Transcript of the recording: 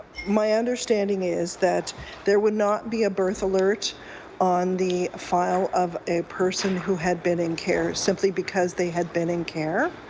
my understanding is that there would not be a birth alert on the file of a person who had been in care because they had been in care.